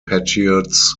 patriots